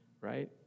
right